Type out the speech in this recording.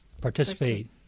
participate